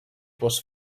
was